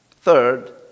Third